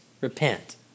Repent